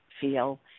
feel